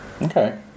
Okay